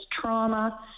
trauma